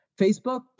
Facebook